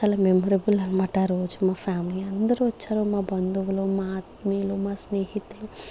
చాలా మెమరబుల్ అనమాట ఆ రోజు మా ఫ్యామిలీ అందరూ వచ్చారు మా బంధువులు మా ఆత్మీయులు మా స్నేహితులు